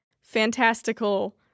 fantastical